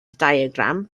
diagram